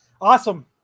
awesome